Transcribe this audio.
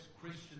Christian